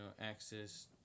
access